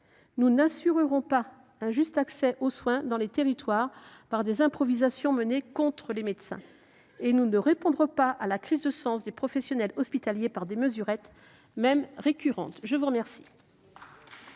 nous n’assurerons pas un juste accès aux soins dans les territoires par des improvisations menées contre les médecins. Nous ne répondrons pas à la crise de sens des professionnels hospitaliers par des mesurettes, même récurrentes. La parole